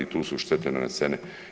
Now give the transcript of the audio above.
Tu su štete nanesene.